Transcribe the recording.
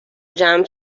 جمع